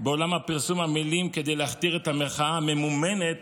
בעולם הפרסום עמלים כדי להכתיר את המחאה הממומנת